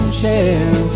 share